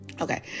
Okay